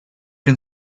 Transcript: can